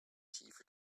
tiefe